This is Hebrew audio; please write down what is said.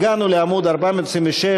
הגענו לעמוד 426,